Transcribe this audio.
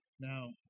Now